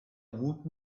woot